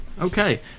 Okay